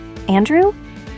Andrew